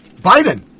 Biden